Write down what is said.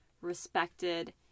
respected